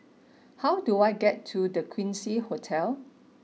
how do I get to The Quincy Hotel